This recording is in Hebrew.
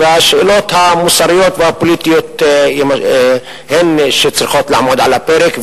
והשאלות המוסריות והפוליטיות הן שצריכות לעמוד על הפרק,